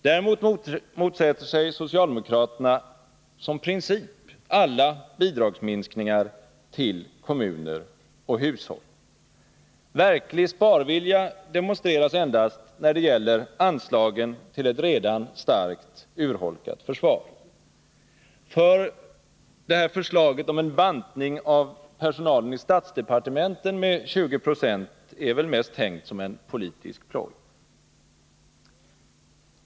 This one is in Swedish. Däremot motsätter sig socialdemokraterna som princip alla bidragsminskningar till kommuner och hushåll. Verklig sparvilja demonstreras endast när det gäller anslagen till ett redan starkt urholkat försvar. För förslaget om en bantning av personalen i statsdepartementen med 20 96 är väl mest tänkt som en politisk ploj?